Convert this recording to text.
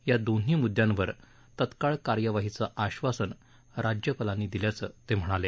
या दोन्ही मुद्यांवर तत्काळ कार्यवाहीचं आश्वासन राज्यपालांनी दिल्याचं ते म्हणाले